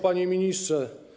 Panie Ministrze!